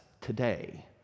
today